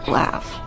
laugh